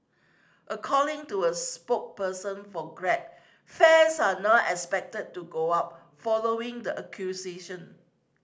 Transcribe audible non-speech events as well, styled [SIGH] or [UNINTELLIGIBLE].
according to a [UNINTELLIGIBLE] for Grab fares are not expected to go up following the acquisition